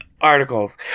articles